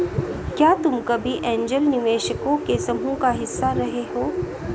क्या तुम कभी ऐन्जल निवेशकों के समूह का हिस्सा रहे हो?